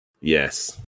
Yes